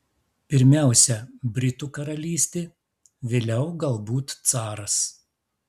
pirmiausia britų karalystė vėliau galbūt caras